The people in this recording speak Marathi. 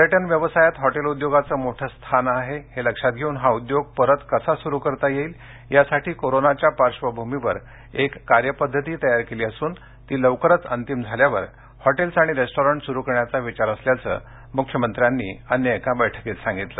पर्यटन व्यवसायात हॉटेल उद्योगाचे मोठे स्थान आहे हे लक्षात घेऊन हा उद्योग परत कसा सुरु करता येईल यासाठी कोरोनाच्या पार्श्वभूमीवर एक कार्यपद्धती तयार केली असून ती लवकरच अंतिम झाल्यावर हॉटेल्स आणि रेस्टॉरंट सूरु करण्याचा विचार असल्याचे मुख्यमंत्र्यांनी सांगितले